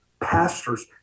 Pastors